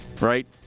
right